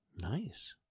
Nice